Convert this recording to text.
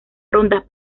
rondas